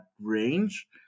range